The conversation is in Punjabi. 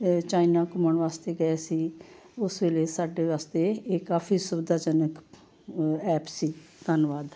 ਚਾਈਨਾ ਘੁੰਮਣ ਵਾਸਤੇ ਗਏ ਸੀ ਉਸ ਵੇਲੇ ਸਾਡੇ ਵਾਸਤੇ ਇਹ ਕਾਫੀ ਸੁਵਿਧਾਜਨਕ ਐਪ ਸੀ ਧੰਨਵਾਦ